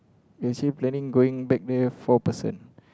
we actually planning going back there four person